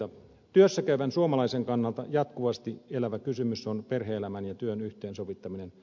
työssä käyvän suomalaisen kannalta jatkuvasti elävä kysymys on perhe elämän ja työn yhteensovittaminen